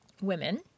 women